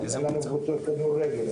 אין לנו קבוצות כדורגל,